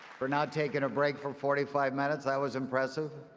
for not taking a break for forty five minutes. that was impressive.